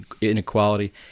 inequality